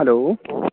hello